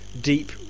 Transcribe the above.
deep